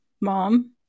mom